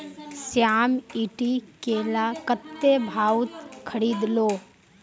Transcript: श्याम ईटी केला कत्ते भाउत खरीद लो